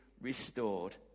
restored